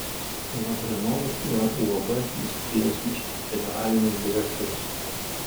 lavrenovas yra uab dzūkijos miškas generalinis direktorius